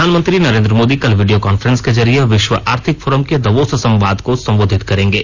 प्रधानमंत्री नरेंद्र मोदी कल video conference के जरिए विश्व आर्थिक फोरम के दवोस संवाद को संबोधित करेंगे